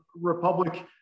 Republic